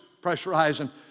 pressurizing